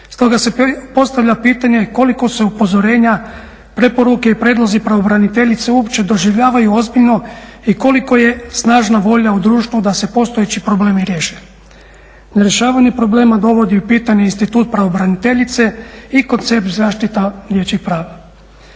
Stoga se postavlja pitanje koliko se upozorenja, preporuke i prijedlozi pravobraniteljice uopće doživljavaju ozbiljno i koliko je snažna volja u društvu da se postojeći problemi riješe. Nerješavanje problema dovodi u pitanje institut pravobraniteljice i koncept zaštita dječjih prava.